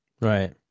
Right